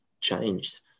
changed